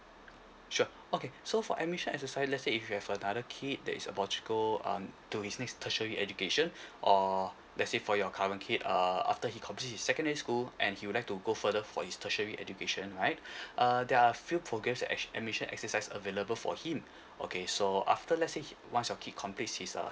sure okay so for admission exercise let say if you have another kid that is about to go um to his next tertiary education or let say for your current kid err after he complete his secondary school and he would like to go further for his tertiary education right uh there are a few programs that actually admission exercise available for him okay so after let say he once your kid completes his uh